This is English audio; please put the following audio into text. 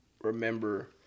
remember